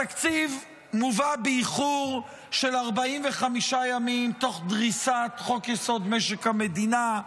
התקציב מובא באיחור של 45 ימים תוך דריסת חוק-יסוד: משק המדינה,